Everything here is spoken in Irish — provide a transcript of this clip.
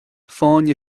fáinne